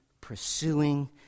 pursuing